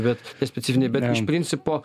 bet nespecifiniai bet iš principo